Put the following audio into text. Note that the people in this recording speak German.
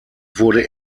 wurde